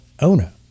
owner